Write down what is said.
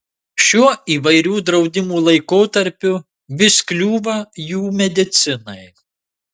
šiuo įvairių draudimų laikotarpiu vis kliūva jų medicinai